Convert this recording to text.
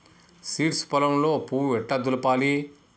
Seeds పొలంలో పువ్వు ఎట్లా దులపాలి?